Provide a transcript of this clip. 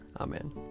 Amen